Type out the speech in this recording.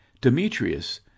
demetrius